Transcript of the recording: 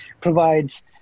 provides